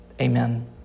amen